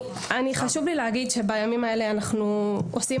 חשוב לי להגיד שבימים אלה אנחנו עושים